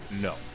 no